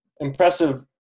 impressive